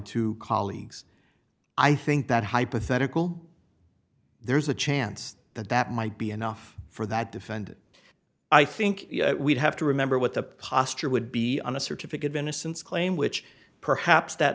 two colleagues i think that hypothetical there's a chance that that might be enough for that defend i think we'd have to remember what the posture would be on a certificate of innocence claim which perhaps that